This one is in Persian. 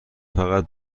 فقط